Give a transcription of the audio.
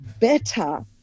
better